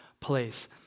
place